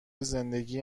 زندگی